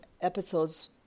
episode's